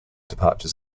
departures